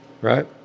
Right